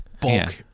bulk